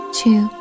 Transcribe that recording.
two